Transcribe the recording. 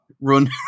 run